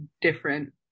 different